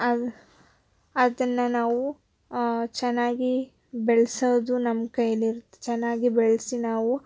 ಅದು ಅದನ್ನು ನಾವು ಚೆನ್ನಾಗಿ ಬೆಳೆಸೋದು ನಮ್ಮ ಕೈಯಲ್ಲಿರು ಚೆನ್ನಾಗಿ ಬೆಳೆಸಿ ನಾವು